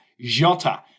Jota